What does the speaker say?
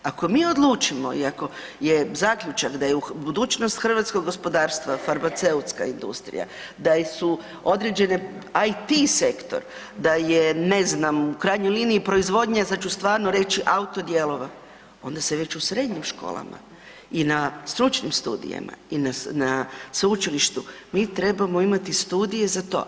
Ako mi odlučimo i ako je zaključak da je budućnost hrvatskog gospodarstva farmaceutska industrija, da su određene IT sektor, da je, ne znam, u krajnjoj liniji, proizvodnja, sad ću stvarno reći, auto-dijelova, onda se već u srednjim školama i na stručnim studijima i na sveučilištu mi trebamo imati studije za to.